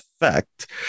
effect